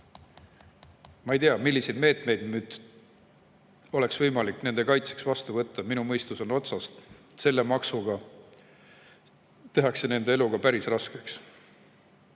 Ma ei tea, milliseid meetmeid oleks võimalik nende kaitseks vastu võtta, minu mõistus on otsas. Aga selle maksuga tehakse nende elu ikka